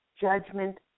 judgment